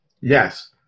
Yes